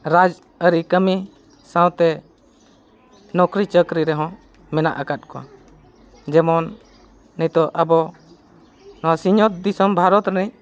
ᱨᱟᱡᱽ ᱟᱹᱨᱤ ᱠᱟᱹᱢᱤ ᱥᱟᱶᱛᱮ ᱱᱚᱠᱨᱤ ᱪᱟᱹᱠᱨᱤ ᱨᱮᱦᱚᱸ ᱢᱮᱱᱟᱜ ᱟᱠᱟᱫ ᱠᱚᱣᱟ ᱡᱮᱢᱚᱱ ᱱᱤᱛᱚᱜ ᱟᱵᱚ ᱱᱚᱣᱟ ᱥᱤᱧ ᱚᱛ ᱫᱤᱥᱚᱢ ᱵᱷᱟᱨᱚᱛ ᱨᱤᱱᱤᱡ